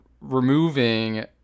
removing